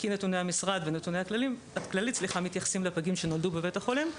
כי נתוני המשרד ונתוני הכללית מתייחסים לפגים שנולדו בבית החולים,